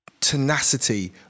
tenacity